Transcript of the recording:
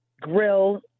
grill